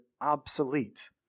obsolete